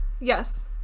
Yes